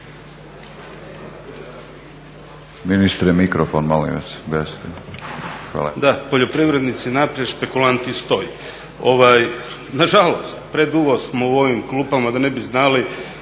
**Kajin, Damir (ID - DI)** Da, poljoprivrednici naprijed, špekulanti stoj. Nažalost, predugo smo u ovim klupama da ne bi znali,